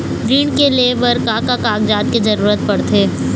ऋण ले बर का का कागजात के जरूरत पड़थे?